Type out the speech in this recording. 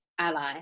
ally